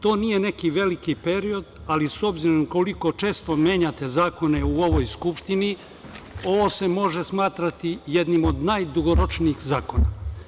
To nije neki veliki period, ali s obzirom koliko često menjate zakone u ovoj Skupštini, ovo se može smatrati jednim od dugoročnijih zakona.